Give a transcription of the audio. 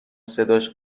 صداش